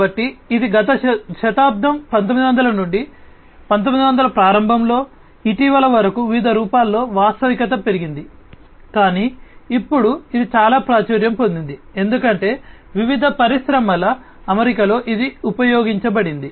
కాబట్టి ఇది గత శతాబ్దం 1900 నుండి 1900 ప్రారంభంలో ఇటీవల వరకు వివిధ రూపాల్లో వాస్తవికత పెరిగింది కానీ ఇప్పుడు ఇది చాలా ప్రాచుర్యం పొందింది ఎందుకంటే వివిధ పరిశ్రమల అమరికలలో ఇది ఉపయోగించబడింది